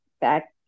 back